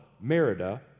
Merida